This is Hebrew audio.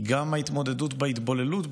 גם ההתמודדות עם ההתבוללות,